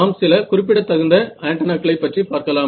நாம் சில குறிப்பிடத்தகுந்த ஆன்டென்னாக்களை பற்றி பார்க்கலாம்